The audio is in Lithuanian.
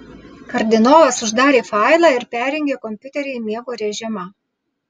kardinolas uždarė failą ir perjungė kompiuterį į miego režimą